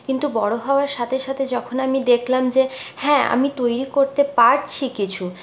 কিন্তু বড় হওয়ার সাথে সাথে যখন আমি দেখলাম যে হ্যাঁ আমি তৈরি করতে পারছি কিছু